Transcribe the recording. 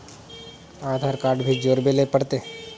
आधार card भी जोरबे ले पड़ते?